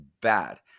bad